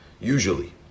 usually